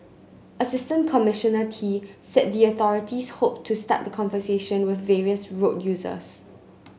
Assistant Commissioner Tee said the authorities hoped to start the conversation with various road users